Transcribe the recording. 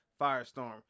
firestorm